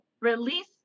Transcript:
release